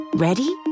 Ready